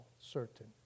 certain